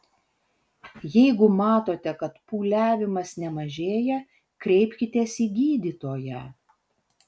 jeigu matote kad pūliavimas nemažėja kreipkitės į gydytoją